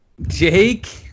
Jake